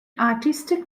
artistic